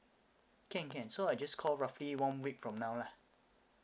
can can so I just call roughly one week from now lah